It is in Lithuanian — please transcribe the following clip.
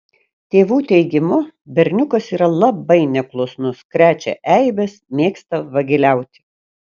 tėvų teigimu berniukas yra labai neklusnus krečia eibes mėgsta vagiliauti